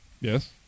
Yes